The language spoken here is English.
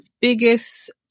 biggest